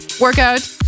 Workout